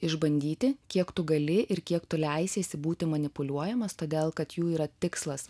išbandyti kiek tu gali ir kiek tu leisiesi būti manipuliuojamas todėl kad jų yra tikslas